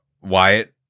Wyatt